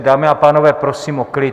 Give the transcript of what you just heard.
Dámy a pánové, prosím o klid.